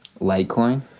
litecoin